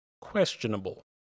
questionable